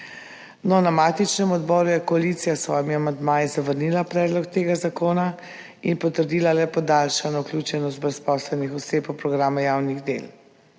Na matičnem odboru je koalicija s svojimi amandmaji zavrnila predlog tega zakona in potrdila le podaljšano vključenost brezposelnih oseb v programe javnih del.